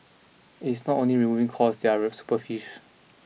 it's not only removing costs that are super fish